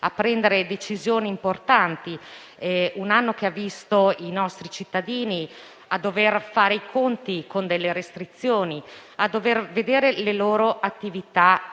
a prendere decisioni importanti, un anno che ha visto i nostri cittadini dover fare i conti con delle restrizioni, dover vedere le loro attività